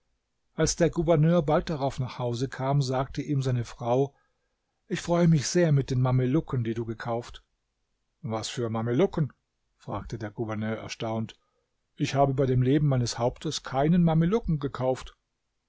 als der gouverneur bald darauf nach hause kam sagte ihm seine frau ich freue mich sehr mit den mamelucken die du gekauft was für mamelucken fragte der gouverneur erstaunt ich habe bei dem leben meines hauptes keinen mamelucken gekauft